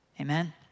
Amen